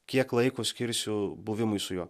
kiek laiko skirsiu buvimui su juo